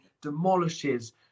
demolishes